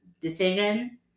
decision